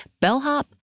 bellhop